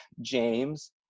James